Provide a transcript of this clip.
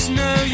no